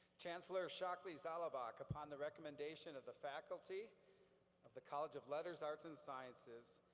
chancellor shockley-zalabak, upon the recommendation of the faculty of the college of letters, arts, and sciences,